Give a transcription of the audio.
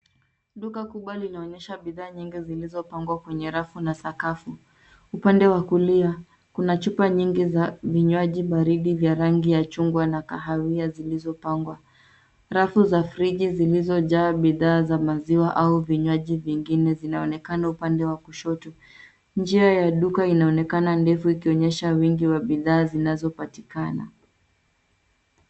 Duka kubwa linaonyesha bidhaa nyingi zilizopangwa kwenye rafu na sakafu. Upande wa kulia, kuna chupa nyingi za vinywaji baridi vya rangi ya chungwa na kahawia zilizopangwa. Rafu za friji zilizojaa bidhaa za maziwa au vinywaji vingine zinaonekana upande wa kushoto. Njia ya duka inaonekana ndefu ikionyesha wingi wa bidhaa zinazopatikana.